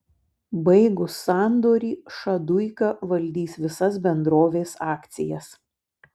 baigus sandorį šaduika valdys visas bendrovės akcijas